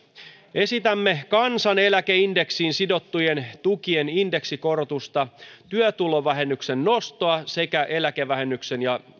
esitämme kansaneläkeindeksiin sidottujen tukien indeksikorotusta työtulovähennyksen nostoa sekä eläkevähennyksen ja